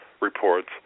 reports